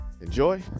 enjoy